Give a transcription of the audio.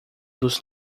dos